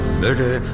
murder